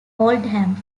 oldham